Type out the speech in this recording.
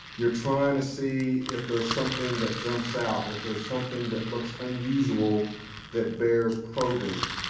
you are trying to see if there's something that jumps out, if there's something that looks unusual that bears probing.